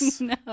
No